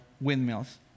windmills